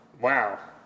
Wow